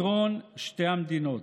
פתרון שתי המדינות.